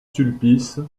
sulpice